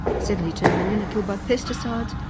seventy two million are killed by pesticides,